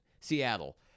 Seattle